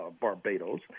Barbados